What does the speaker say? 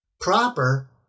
Proper